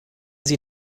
sie